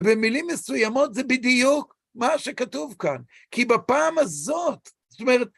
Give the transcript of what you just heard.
במילים מסוימות זה בדיוק מה שכתוב כאן, כי בפעם הזאת, זאת אומרת